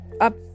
up